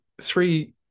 three